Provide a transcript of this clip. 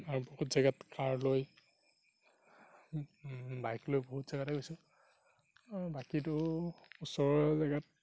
আৰু বহুত জেগাত কাৰ লৈ বাইক লৈ বহুত জেগাতে গৈছোঁ আৰু বাকীতো ওচৰৰ জেগাত